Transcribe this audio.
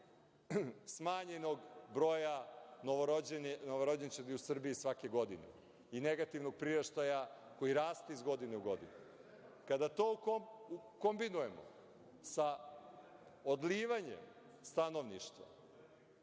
smanjenog broja novorođenčadi u Srbiji svake godine i negativnog priraštaja koji raste iz godine u godinu. Kada to ukombinujemo sa odlivanjem stanovništva,